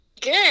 good